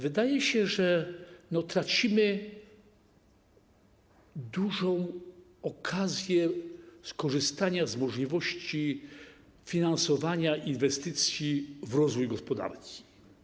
Wydaje się, że tracimy dużą okazję skorzystania z możliwości finansowania inwestycji w rozwój gospodarczy.